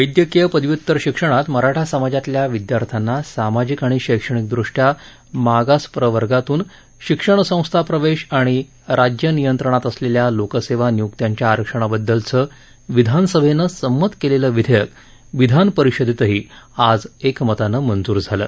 वैद्यकीय पदव्युत्तर शिक्षणात मराठा समाजातल्या विद्यार्थ्यांना सामाजिक आणि शैक्षणिकदृष्ट्या मागास प्रवर्गातून शिक्षण संस्था प्रवेश आणि राज्य नियंत्रणात असलेल्या लोकसेवा नियुक्त्यांच्या आरक्षणाबद्दचं विधानसभेनं संमत केलेलं विधेयक विधानपरिषदेतही आज एकमतानं मंजूर झालं